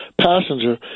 passenger